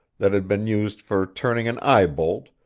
that had been used for turning an eye-bolt,